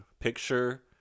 picture